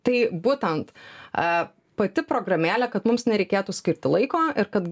tai būtent aaa pati programėlė kad mums nereikėtų skirti laiko ir kad